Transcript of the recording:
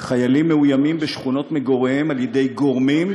חיילים מאוימים בשכונות מגוריהם על-ידי גורמים,